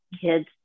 kids